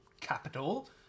capital